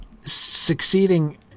succeeding